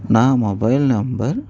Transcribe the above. నా mobile number